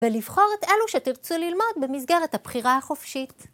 ולבחור את אלו שתרצו ללמוד במסגרת הבחירה החופשית.